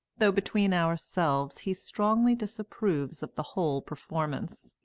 though, between ourselves, he strongly disapproves of the whole performance.